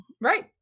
right